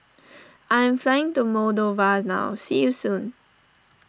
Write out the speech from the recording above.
I am flying to Moldova now see you soon